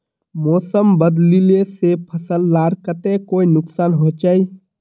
मौसम बदलिले से फसल लार केते कोई नुकसान होचए?